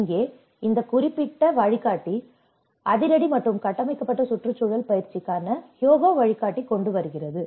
இங்கே இந்த குறிப்பிட்ட வழிகாட்டி அதிரடி மற்றும் கட்டமைக்கப்பட்ட சுற்றுச்சூழல் பயிற்சிக்கான ஹியோகோ வழிகாட்டி கொண்டு வருகிறது